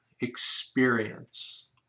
experience